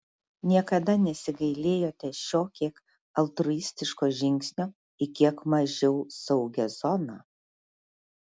niekada nesigailėjote šio kiek altruistiško žingsnio į kiek mažiau saugią zoną